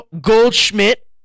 Goldschmidt